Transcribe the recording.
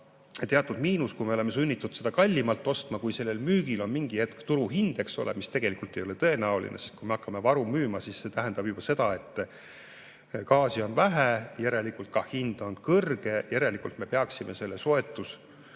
teatud miinus, kui me oleme sunnitud seda kallimalt ostma, kui sellel müügil on mingil hetkel turuhind, eks ole, mis tegelikult ei ole tõenäoline, sest kui me hakkame varu müüma, siis see tähendab seda, et gaasi on vähe, järelikult on ka hind kõrge. Järelikult me peaksime selle